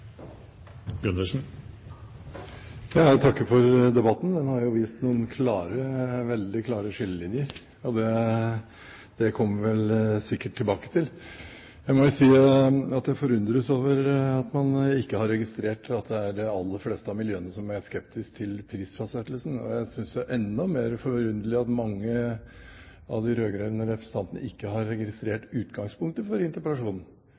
og eg vil òg visa til vasskraft. Jeg takker for debatten. Den har vist noen veldig klare skillelinjer, og det kommer vi sikkert tilbake til. Jeg må si at jeg forundres over at man ikke har registrert at det er de aller fleste av miljøene som er skeptiske til prisfastsettelsen. Jeg synes det er enda mer forunderlig at mange av de rød-grønne representantene ikke har registrert utgangspunktet for